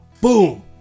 Boom